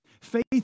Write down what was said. Faith